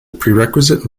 prerequisite